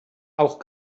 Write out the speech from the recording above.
auch